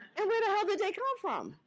and where the hell did they come from?